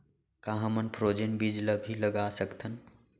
का हमन फ्रोजेन बीज ला भी लगा सकथन?